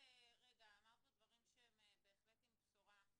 אמרת פה דברים שהם בהחלט עם בשורה.